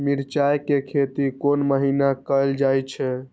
मिरचाय के खेती कोन महीना कायल जाय छै?